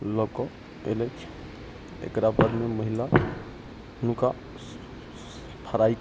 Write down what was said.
लअके अयलथि एकरा बादमे महिला हुनका फ्राइ